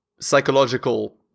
psychological